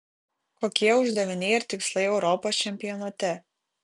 kokie uždaviniai ir tikslai europos čempionate